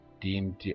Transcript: deemed